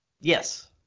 Yes